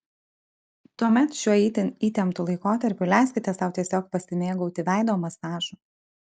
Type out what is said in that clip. tuomet šiuo itin įtemptu laikotarpiu leiskite sau tiesiog pasimėgauti veido masažu